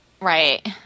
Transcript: Right